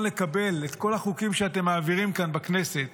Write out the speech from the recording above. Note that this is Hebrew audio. לקבל את כל החוקים שאתם מעבירים כאן בכנסת